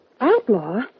Outlaw